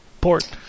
port